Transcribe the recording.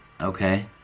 okay